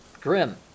Grim